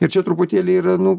ir čia truputėlį yra nu